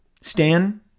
Stan